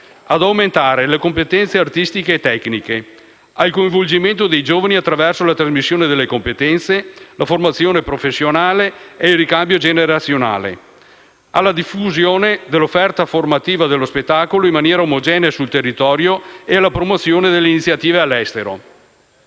ad aumentare le competenze artistiche e tecniche; al coinvolgimento dei giovani attraverso la trasmissione delle competenze, la formazione professionale e il ricambio generazionale; alla diffusione dell'offerta dello spettacolo in maniera omogenea sul territorio nazionale e alla promozione delle iniziative all'estero.